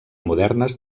modernes